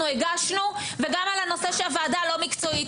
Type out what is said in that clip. הגשנו וגם על הנושא שהוועדה לא מקצועית.